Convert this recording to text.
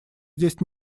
здесь